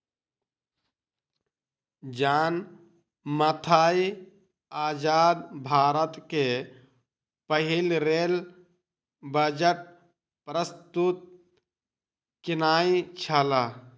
John Mathai आजाद भारत के पहिल रेल बजट प्रस्तुत केनई छला